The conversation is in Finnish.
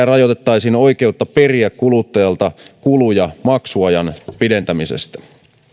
rajoitettaisiin oikeutta periä kuluttajalta kuluja maksuajan pidentämisestä